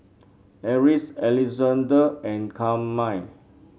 Eris Alexande and Carmine